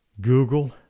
Google